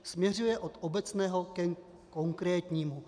Směřuje od obecného ke konkrétnímu....